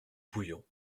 bouillon